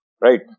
Right